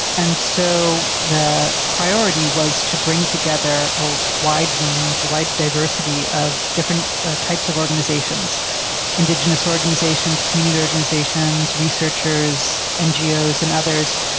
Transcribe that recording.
and so the priority was to bring together a wide range, a wide diversity of different types of organisations indigenous organisations, community organisations, researchers, ngos and others,